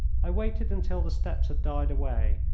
i waited until the steps had died away,